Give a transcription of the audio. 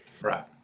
Right